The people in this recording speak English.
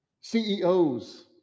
CEOs